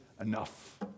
enough